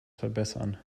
verbessern